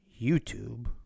YouTube